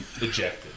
ejected